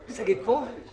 שלום רב, היום יום רביעי, ב'